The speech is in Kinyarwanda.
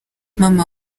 mama